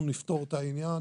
אנחנו נפתור את העניין.